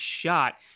shot